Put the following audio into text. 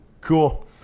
Cool